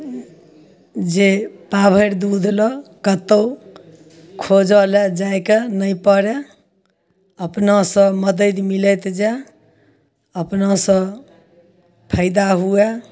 जे पाव भरि दूध लए कतहु खोजऽ लए जायके नहि पड़य अपनासँ मदति मिलैत जाइ अपनासँ फायदा